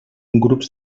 grups